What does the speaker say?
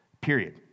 period